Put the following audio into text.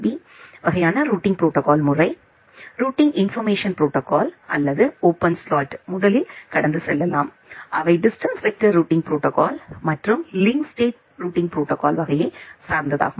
B வகையான routing protocol முறை routing information protocol அல்லது ஓபன் ஸ்லாட் முதலில் கடந்து செல்லலாம் அவை டிஸ்டன்ஸ் வெக்டர் ரூட்டிங் ப்ரோடோகால் மற்றும் லிங்க் ஸ்டேட் ரூட்டிங் ப்ரோடோகால் வகையை சார்ந்ததாகும்